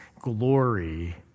glory